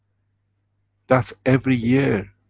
that's every year,